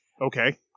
Okay